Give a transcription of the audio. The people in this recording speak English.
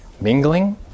Mingling